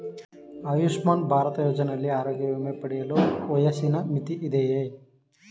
ಆಯುಷ್ಮಾನ್ ಭಾರತ್ ಯೋಜನೆಯಲ್ಲಿ ಆರೋಗ್ಯ ವಿಮೆ ಪಡೆಯಲು ವಯಸ್ಸಿನ ಮಿತಿ ಇದೆಯಾ?